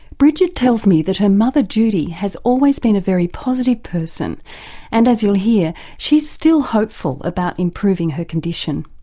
bridget tells me that her mother judy has always been a very positive person and as you'll hear she's still hopeful about improving her condition.